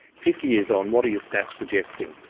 fifty years on, what are your stats suggesting?